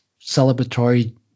celebratory